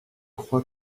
crois